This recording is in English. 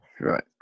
Right